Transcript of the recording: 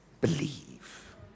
believe